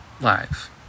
Live